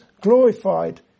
glorified